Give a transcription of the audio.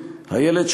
הילד,